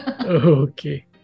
Okay